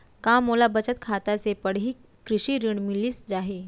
का मोला बचत खाता से पड़ही कृषि ऋण मिलिस जाही?